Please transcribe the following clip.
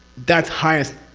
that's highest.